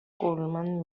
colman